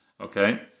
Okay